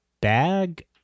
bag